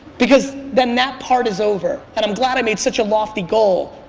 because then that part is over and i'm glad i made such a lofty goal,